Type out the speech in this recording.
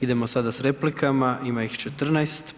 Idemo sada s replikama, ima ih 14.